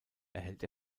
erhält